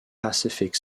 pacific